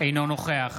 אינו נוכח